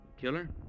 Killer